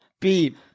Beep